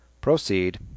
Proceed